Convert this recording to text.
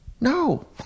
No